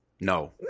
No